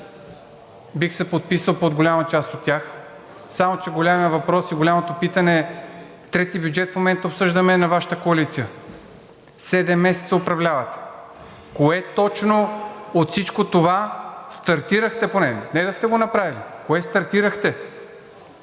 бих се подписал под голяма част от тях, само че големият въпрос и голямото питане е – трети бюджет в момента обсъждаме на Вашата коалиция, седем месеца управлявате: кое точно от всичко това стартирахте поне? Не да сте го направили, кое стартирахте?